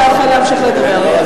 אתה יכול להמשיך לדבר.